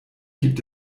gibt